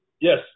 Yes